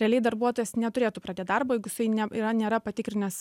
realiai darbuotojas neturėtų pradėt darbo jeigu jisai ne yra nėra patikrinęs